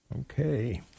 okay